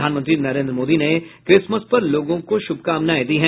प्रधानमंत्री नरेन्द्र मोदी ने क्रिसमस पर लोगों को शुभकामनाएं दी हैं